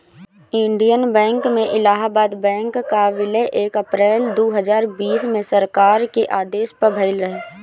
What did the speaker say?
Indian bank में Allahabad bank कअ विलय एक अप्रैल दू हजार बीस में सरकार के आदेश पअ भयल रहे